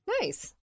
Nice